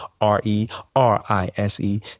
R-E-R-I-S-E